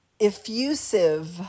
effusive